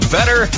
Better